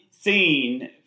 seen